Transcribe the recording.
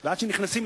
ומי שנכנס,